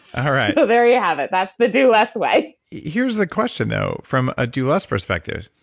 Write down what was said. all right so there you have it, that's the do less way here's the question though, from a do less perspective.